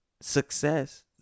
success